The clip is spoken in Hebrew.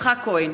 יצחק כהן,